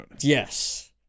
Yes